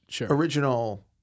original